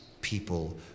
people